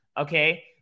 Okay